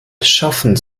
schafften